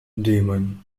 damon